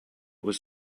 was